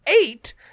eight